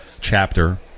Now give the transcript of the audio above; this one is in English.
Chapter